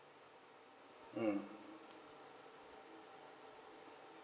mm